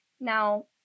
now